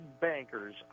bankers